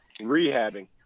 rehabbing